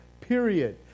Period